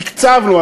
תקצבנו,